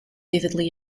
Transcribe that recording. vividly